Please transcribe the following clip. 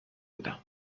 بودم